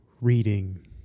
reading